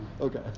Okay